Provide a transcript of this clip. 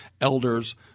elders